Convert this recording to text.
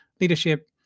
leadership